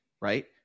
right